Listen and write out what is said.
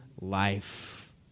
life